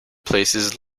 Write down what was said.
places